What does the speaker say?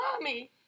Mommy